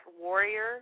warrior